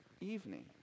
evening